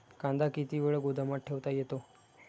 कांदा किती वेळ गोदामात ठेवता येतो?